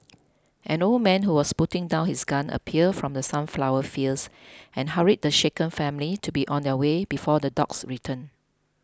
an old man who was putting down his gun appeared from the sunflower fields and hurried the shaken family to be on their way before the dogs return